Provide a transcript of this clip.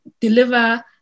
deliver